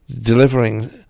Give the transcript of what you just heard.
delivering